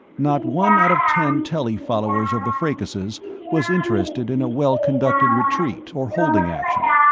not one out of ten telly followers of the fracases was interested in a well-conducted retreat or holding action.